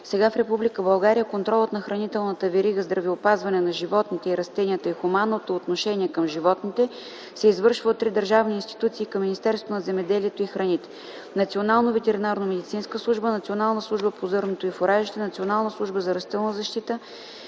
Сега в Република България контролът на хранителната верига, здравеопазването на животните и растенията и хуманното отношение към животните се извършва от три държавни институции към Министерството на земеделието и храните: Националната ветеритарномедицинска служба, Националната служба по зърното и фуражите, Националната служба за растителна защита